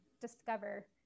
discover